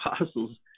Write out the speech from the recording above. apostles